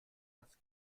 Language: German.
das